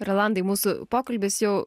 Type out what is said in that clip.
rolandai mūsų pokalbis jau